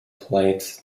plate